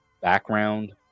background